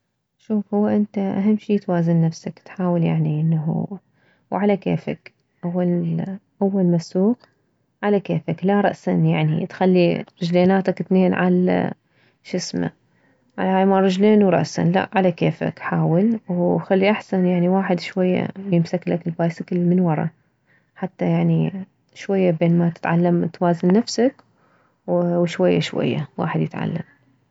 شوف هو انت اهم شي توازن نفسك تحاول يعني انه وعلى كيفك اول اول ما تسوق على كيفك لا رأسا يعني تخلي رجليناتك اثنين عالشسمه على هاي مالرجلين ورأسا لا على كيفك حاول وخلي احسن يعني خلي واحد شوية يمسكلك البايسكل من ورة حتى يعني شوية بين ما تتعلم توازن نفسك وشوية شوية واحد يتعلم